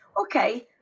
Okay